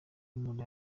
muri